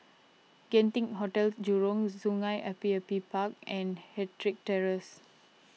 Genting Hotel Jurong Sungei Api Api Park and Ettrick Terrace